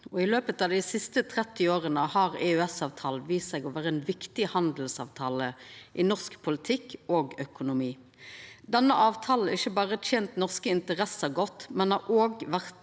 I løpet av dei siste 30 åra har EØS-avtalen vist seg å vera ein viktig handelsavtale i norsk politikk og økonomi. Denne avtalen har ikkje berre tent norske interesser godt, men har òg vore